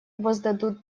воздадут